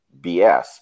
BS